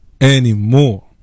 Anymore